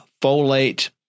folate